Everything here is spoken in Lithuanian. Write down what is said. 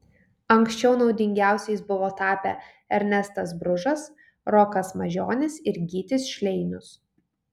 anksčiau naudingiausiais buvo tapę ernestas bružas rokas mažionis ir gytis šleinius